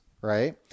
right